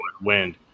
wind